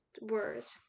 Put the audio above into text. words